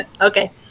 Okay